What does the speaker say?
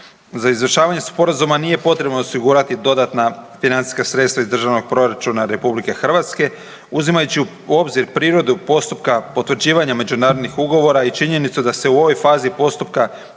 Za izvršavanje sporazuma nije potrebno osigurati dodatna financijska sredstva iz Državnog proračuna RH. Uzimajući u obzir prirodu postupka potvrđivanja međunarodnih ugovora i da se u ovoj fazi postupka